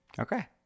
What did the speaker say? Okay